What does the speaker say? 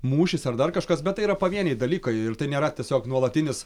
mūšis ar dar kažkas bet tai yra pavieniai dalykai ir tai nėra tiesiog nuolatinis